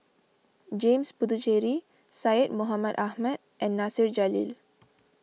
James Puthucheary Syed Mohamed Ahmed and Nasir Jalil